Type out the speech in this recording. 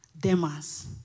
Demas